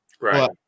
Right